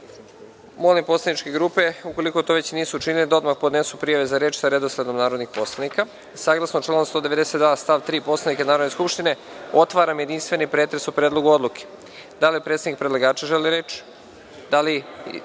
poslaničke grupe, ukoliko to već nisu učinile, da odmah podnesu prijave za reč sa redosledom narodnih poslanika. Saglasno članu 192. stav 3. Poslovnika Narodne skupštine, otvaram jedinstveni pretres o Predlogu odluke. Da li predstavnik predlagača, narodni